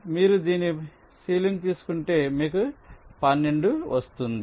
మీరు దీని పై విలువ తీసుకుంటే మీకు 12 వస్తుంది